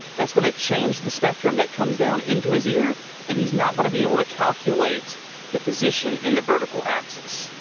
that's going to change the spectrum that comes down into his ear and he's not going to be able to calculate the position in the vertical axis.